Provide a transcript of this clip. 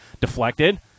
deflected